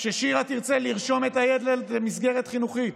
ששירה תרצה לרשום את הילד למסגרת חינוכית,